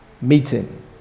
meeting